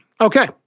Okay